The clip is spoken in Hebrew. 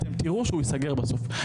אתם תראו שהוא ייסגר בסוף,